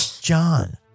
John